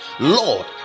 lord